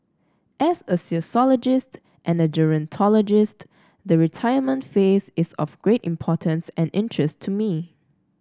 as a sociologist and a gerontologist the retirement phase is of great importance and interest to me